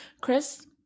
Chris